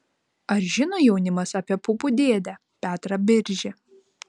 ar žino jaunimas apie pupų dėdę petrą biržį